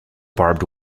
barbed